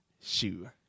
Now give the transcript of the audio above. shoe